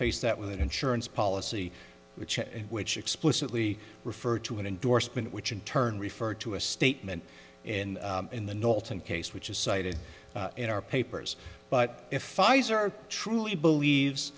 face that with an insurance policy which which explicitly referred to an endorsement which in turn referred to a statement in in the new alton case which is cited in our papers but if eyes are truly believe